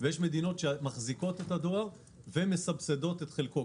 ויש מדינות שמחזיקות את הדואר ומסבסדות את חלקו.